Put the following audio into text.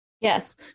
Yes